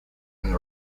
and